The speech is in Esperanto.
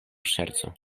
ŝerco